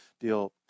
deal